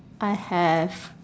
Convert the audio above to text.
I have